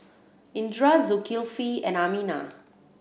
Indra Zulkifli and Aminah